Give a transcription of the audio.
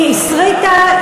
היא הסריטה,